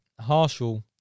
Harshal